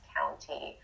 County